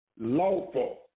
lawful